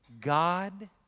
God